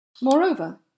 Moreover